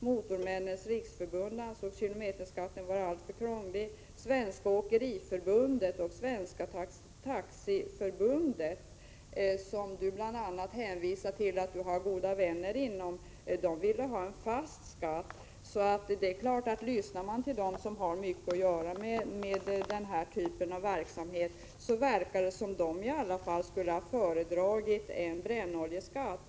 Motormännens riksförbund ansåg kilometerskatten vara alltför krånglig. Svenska åkeriförbundet och Svenska taxiförbundet, som Bo Forslund hänvisar till och har goda vänner inom, ville ha en fast skatt. Lyssnar man till dem som har mycket att göra med den här typen av verksamhet, verkar det som om i alla fall de skulle ha föredragit en brännoljeskatt.